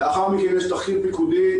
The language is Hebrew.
לאחר מכן יש תחקיר פיקודי.